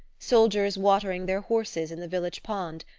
soldiers watering their horses in the village pond,